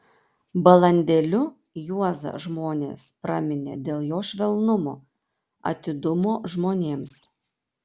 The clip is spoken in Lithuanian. balandėliu juozą žmonės praminė dėl jo švelnumo atidumo žmonėms